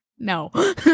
No